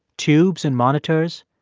tubes and monitors,